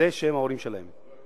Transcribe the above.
לוודא שהם ההורים שלהם.